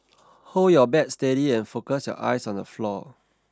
hold your bat steady and focus your eyes on the floor